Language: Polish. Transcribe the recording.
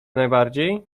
najbardziej